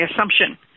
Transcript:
assumption